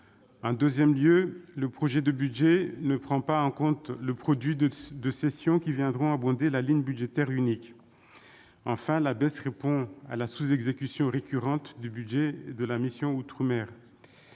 En deuxième lieu, le projet de budget ne prend pas en compte le produit de cessions qui viendront abonder la ligne budgétaire unique. Enfin, en troisième lieu, cette baisse s'explique par la sous-exécution récurrente du budget de la mission « Outre-mer